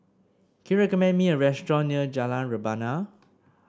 can you recommend me a restaurant near Jalan Rebana